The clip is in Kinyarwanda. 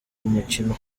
umukino